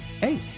hey